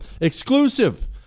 Exclusive